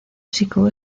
chico